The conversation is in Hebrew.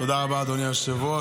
תודה רבה, אדוני היושב-ראש.